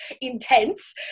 intense